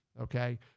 okay